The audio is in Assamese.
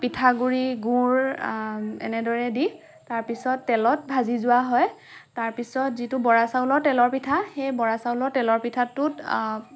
পিঠাগুৰি গুৰ এনেদৰে দি তাৰ পিছত তেলত ভাজি যোৱা হয় তাৰ পিছত যিটো বৰা চাউলৰ তেলৰ পিঠা সেই বৰা চাউলৰ তেলৰ পিঠাটোত